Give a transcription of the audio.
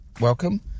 welcome